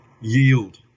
yield